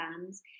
bands